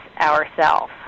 ourself